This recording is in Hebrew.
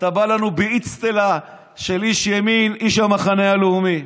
אתה בא לנו באצטלה של איש ימין, איש המחנה הלאומי.